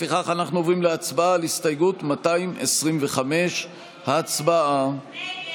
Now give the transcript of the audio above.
אנחנו עוברים להצבעה על הסתייגות 126. ההסתייגות